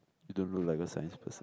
you don't look like a science person